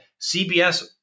CBS